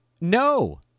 no